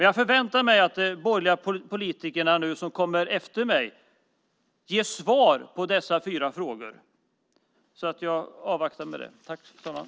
Jag förväntar mig att de borgerliga politiker som kommer upp efter mig här i debatten ger svar beträffande de fyra punkterna, så jag avvaktar de svaren.